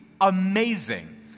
amazing